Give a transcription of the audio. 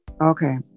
okay